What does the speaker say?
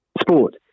sport